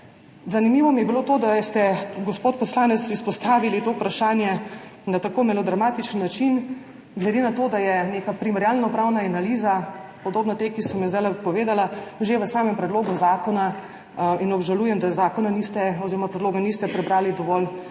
Zanimivo mi je bilo to, da ste, gospod poslanec, izpostavili to vprašanje na tako melodramatičen način, glede na to, da je neka primerjalno pravna analiza podobna tej, ki sem jo zdajle povedala že v samem predlogu zakona in obžalujem, da zakona oziroma predloga